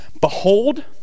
behold